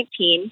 2019